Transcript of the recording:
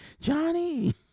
Johnny